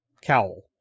cowl